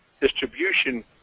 distribution